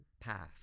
path